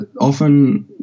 often